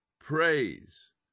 praise